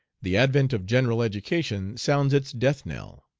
the advent of general education sounds its death knell.